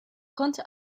konnte